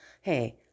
Hey